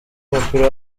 w’umupira